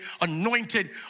anointed